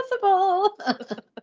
possible